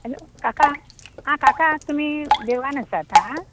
hello काका आं काका तुमी देवळान आसात था